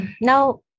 now